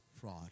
fraud